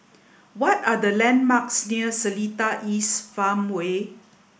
what are the landmarks near Seletar East Farmway